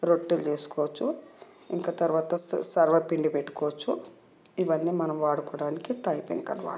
రొట్టెలు చేసుకోవచ్చు ఇంకా తర్వాత సర్వపిండి పెట్టుకోవచ్చు ఇవన్నీ మనం వాడుకోవడానికి కాయి పెంకని వాడుతాం